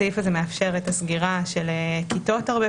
הסעיף הזה מאפשר את הסגירה של כיתות הרבה